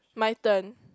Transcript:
my turn